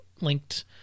linked